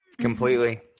Completely